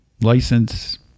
license